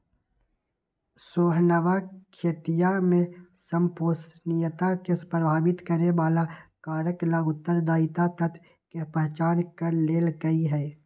रोहनवा खेतीया में संपोषणीयता के प्रभावित करे वाला कारक ला उत्तरदायी तत्व के पहचान कर लेल कई है